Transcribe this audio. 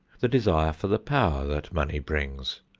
the desire for the power that money brings,